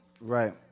Right